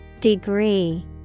Degree